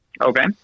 Okay